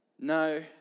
No